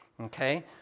Okay